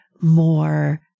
more